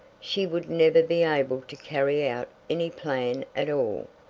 she would never be able to carry out any plan at all.